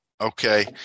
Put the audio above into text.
Okay